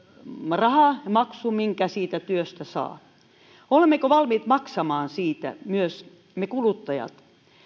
raha maksu minkä siitä työstä saa olemmeko valmiit maksamaan siitä myös me kuluttajat